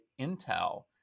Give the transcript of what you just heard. Intel